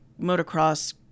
motocross